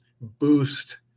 boost